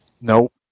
Nope